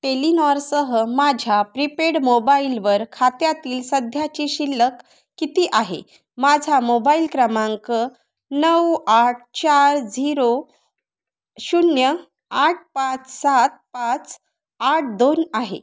टेलिनॉरसह माझ्या प्रिपेड मोबाइलवर खात्यातील सध्याची शिल्लक किती आहे माझा मोबाइल क्रमांक नऊ आठ चार झीरो शून्य आठ पाच सात पाच आठ दोन आहे